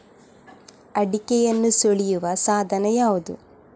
ಅಡಿಕೆಯನ್ನು ಸುಲಿಯುವ ಸಾಧನ ಯಾವುದು?